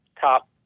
top